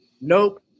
Nope